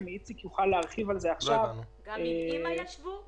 גם עם א.מ.א ישבו?